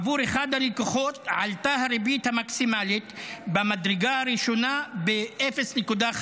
עבור אחד הלקוחות עלתה הריבית המקסימלית במדרגה הראשונה ב-0.5%,